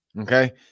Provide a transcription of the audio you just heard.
Okay